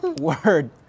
Word